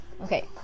Okay